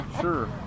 Sure